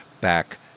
back